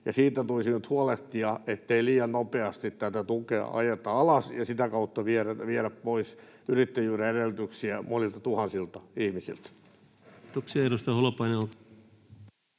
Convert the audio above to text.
siitä tulisi nyt huolehtia, ettei liian nopeasti tätä tukea ajeta alas ja sitä kautta viedä pois yrittäjyyden edellytyksiä monilta tuhansilta ihmisiltä. [Speech 205] Speaker: